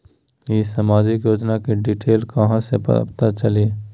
ई सामाजिक योजना के डिटेल कहा से पता चली?